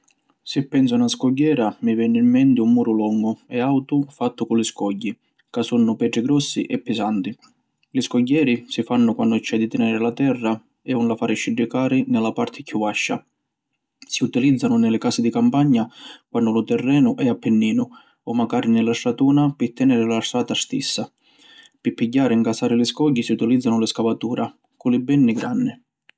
Si pensu a na scogghiera mi veni in menti un muru longu e autu fattu cu li scogghi, ca sunnu petri grossi e pisanti. Li scogghieri si fannu quannu c’è di teniri la terra e ‘un la fari sciddicari ni la parti chiù vascia. Si utilizzanu ni li casi di campagna quannu lu terrenu è a pinninu o macari ni li stratuna pi teniri la strata stissa. Pi pigghiari e ncasari li scogghi si utilizzanu li scavatura cu li benni granni.